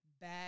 bad